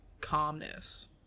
calmness